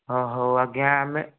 ହଁ ହେଉ ଆଜ୍ଞା ଆମେ